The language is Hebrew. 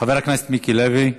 חבר הכנסת מיקי לוי.